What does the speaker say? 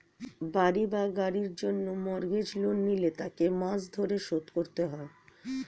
বাড়ি বা গাড়ির জন্য মর্গেজ লোন নিলে তাকে মাস ধরে শোধ করতে হয়